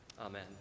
Amen